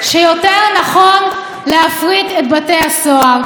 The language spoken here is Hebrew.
שיותר נכון להפריט את בתי הסוהר.